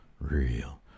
Real